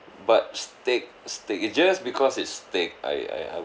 but steak steak it just because it's steak I I I